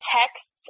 texts